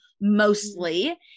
mostly